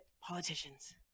politicians